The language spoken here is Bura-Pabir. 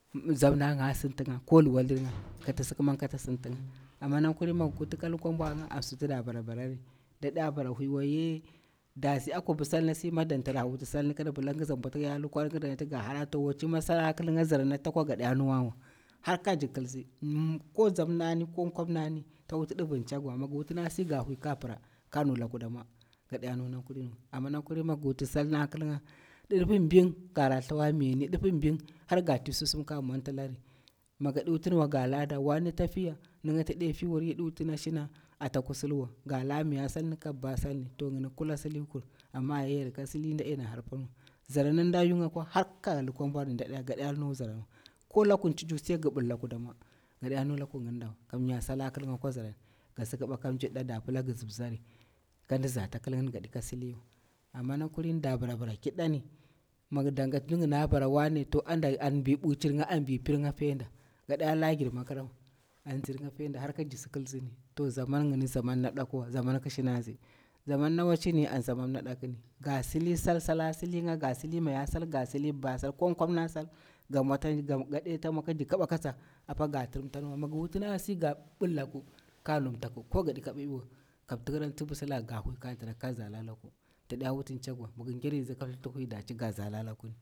Mi bzamnanga a sintinga ko luwalirnga kata sikimanga kata sintinga ama na kilin mig turti ka lukwan mbwanga an suti da bara barari nda da bara wuy waye da si akwabi salna sima danta ra wuti salni kada pila ngiza mbwati ya lukwari ngiza nati ga hara to wacima sal na ta kilnga zara natta kwa ga da nuwawa har ka jir kiltsi, mi ko zamnani ko Nkwarmani ta wuti divir ncagiwa mi giwutini asi ga wuy ka pira kag nu laku damwa ga da nu nakulinwa, amma na kulin migi wuti sal na ƙil nga ɗiɗipa mbing gara thlawa mayani ɗiɗipa mbing har ga ti susum kag mwantalari mi gaɗi wutini wa ga lada wane ta fiya ninga tade fiwari yadi wutini shina ata kusulwa gala miya salni ka buba salni to yini kula silikur amma a yar yarka sili ndadena hara panwa. Zara nan nɗa yunga kwa harkagi lukwa mbwa da gada nu zaranwa ko lakun cicu sai gi bil laku damwo gada nu laku yindawa manya sal a kilnga kwa zaran gasi ƙiba ka mjirɗa, da si pila gi bzirzari kandi zata ƙil nga, gaɗi ka siliwa. Amma na kulini da bara bara kiddani miga gada lagirma kirawa anzinga fiyanda har ka gilkilsini to zaman yini zaman na dakuwa zaman ki shinazi zaman na wacini an zaman nap dakuni ga sili sal, sal a silinga ga sili miya sal ga sili buba sal ko kwamna sal ga mwota gade ta mwo kaji kiba katsa apa ga tirimtaniwa mig wutini asi ga billaku kagin nu mtaku ko gadi ka babiwa kam tihira ntsifi silaga ga huwi ka tra ka zala laku da da wutin ncagiwa migin ngyarisi ka thiti huy daci gazala lakun.